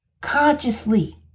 consciously